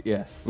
Yes